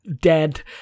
dead